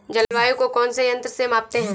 जलवायु को कौन से यंत्र से मापते हैं?